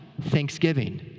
thanksgiving